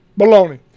Baloney